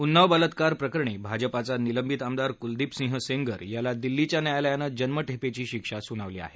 उन्नाव बलात्कार प्रकरणी भाजपाचा निलंबित आमदार कुलदीप सिंह सेंगर याला दिल्लीच्या न्यायालयानं जन्मठेपेची शिक्षा सुनावली आहे